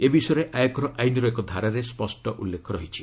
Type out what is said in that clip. ଏ ବିଷୟରେ ଆୟକର ଆଇନର ଏକ ଧାରାରେ ସ୍ୱଷ୍ଟ ଉଲ୍ଲେଖ ରହିଛି